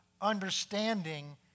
understanding